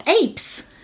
apes